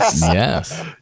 Yes